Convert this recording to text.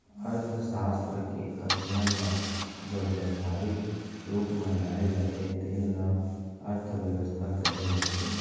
अर्थसास्त्र के अध्ययन ल जब ब्यवहारिक रूप म लाए जाथे तेन ल अर्थबेवस्था कहे जाथे